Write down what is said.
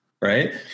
right